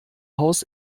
haus